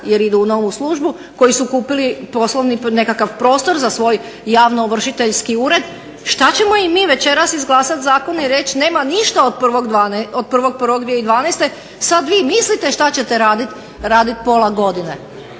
jer idu u novu službu, koji su kupili poslovni nekakav prostor za svoj javnoovršiteljski ured, što ćemo im mi večeras izglasati zakon i reći nema ništa od 1.1.2012., sada vi mislite što ćete raditi pola godine?